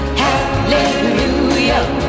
hallelujah